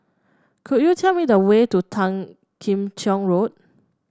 could you tell me the way to Tan Kim Cheng Road